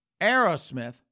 Aerosmith